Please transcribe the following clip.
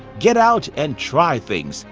get out and try things,